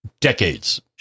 decades